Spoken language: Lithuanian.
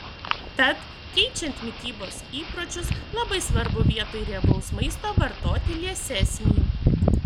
tad keičiant mitybos įpročius labai svarbu vietoj riebaus maisto vartoti liesesnį